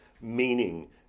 meaning